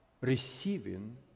receiving